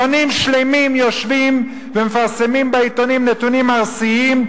מכונים שלמים יושבים ומפרסמים בעיתונים נתונים ארסיים,